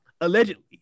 Allegedly